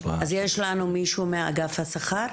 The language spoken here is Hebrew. אפשר לדבר עם מישהו מאגף השכר?